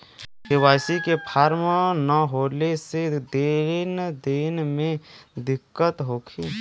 KYC के form न होले से लेन देन में दिक्कत होखी?